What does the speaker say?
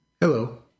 Hello